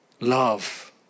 love